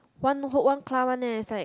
one whole one clump one eh it's like